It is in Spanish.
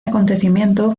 acontecimiento